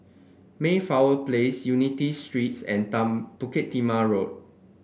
Mayflower Place Unity Streets and down Bukit Timah Road